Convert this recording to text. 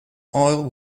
oil